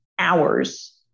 hours